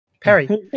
Perry